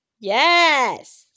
yes